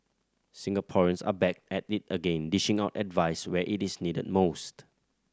singaporeans are back at it again dishing out advice where it is needed most